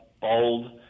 bold